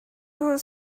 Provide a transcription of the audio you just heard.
nhw